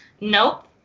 nope